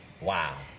Wow